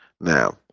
Now